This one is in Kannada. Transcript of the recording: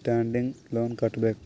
ಸ್ಟ್ಯಾಂಡಿಂಗ್ ಲೋನ್ ಕಟ್ಟಬೇಕ್